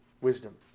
wisdom